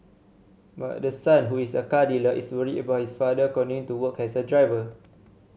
but the son who is a car dealer is worried about his father continuing to work as a driver